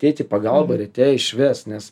ateit į pagalbą ryte išvest nes